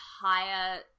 higher